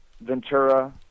Ventura